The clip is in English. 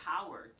power